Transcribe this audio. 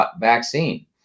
vaccine